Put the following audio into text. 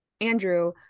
Andrew